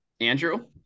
Andrew